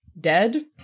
Dead